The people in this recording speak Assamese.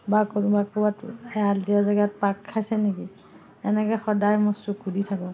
বা ক'ৰবাত ক'ৰবাত এৰাল দিয়া জেগাত পাক খাইছে নেকি এনেকৈ সদায় মই চকু দি থাকোঁ